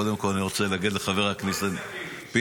קודם כול, אני רוצה להגיד לחבר הכנסת פינדרוס.